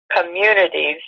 communities